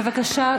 בבקשה,